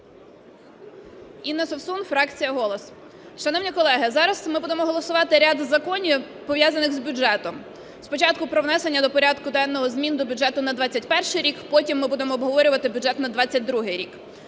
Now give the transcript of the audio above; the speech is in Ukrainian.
Інна Совсун, фракція "Голос". Шановні колеги, зараз ми будемо голосувати ряд законів, пов'язаних з бюджетом: спочатку про внесення до порядку денного змін до бюджету на 21-й рік, потім ми будемо обговорювати бюджет на 22-й рік.